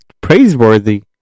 praiseworthy